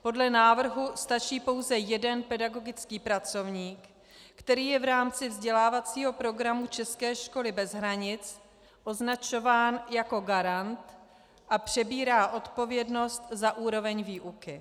Podle návrhu stačí pouze jeden pedagogický pracovník, který je v rámci vzdělávacího programu české školy bez hranic označován jako garant a přebírá odpovědnost za úroveň výuky.